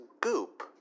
goop